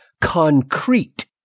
concrete